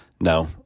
No